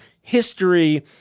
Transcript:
history